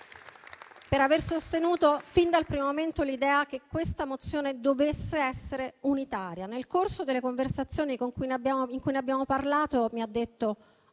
per aver sostenuto fin dal primo momento l'idea che questa mozione dovesse essere unitaria. Nel corso delle conversazioni in cui ne abbiamo parlato mi ha detto: